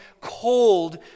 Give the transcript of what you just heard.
cold